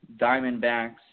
Diamondbacks